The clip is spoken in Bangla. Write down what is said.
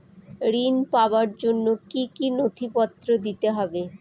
ঋণ পাবার জন্য কি কী নথিপত্র দিতে হবে?